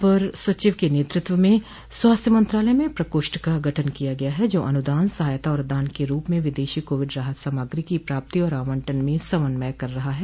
अपर सचिव के नेतृत्व् में स्वास्थ्य मंत्रालय में प्रकोष्ठ का गठन किया गया है जो अनुदान सहायता और दान के रूप में विदेशी कोविड राहत सामग्रो की प्राप्ति और आवंटन में समन्वय कर रहा है